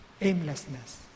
Aimlessness